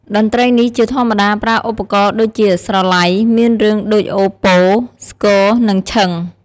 តន្ត្រីនេះជាធម្មតាប្រើឧបករណ៍ដូចជា ស្រឡៃ មានរាងដូចអូប៉ូ ស្គរ និងឈិង។